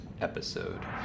episode